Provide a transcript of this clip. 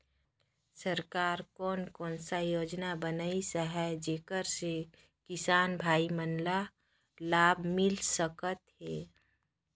सरकार कोन कोन सा योजना बनिस आहाय जेकर से किसान भाई मन ला लाभ मिल सकथ हे?